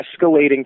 escalating